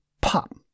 Pop